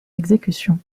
exécution